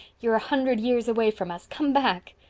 you're a hundred years away from us. come back.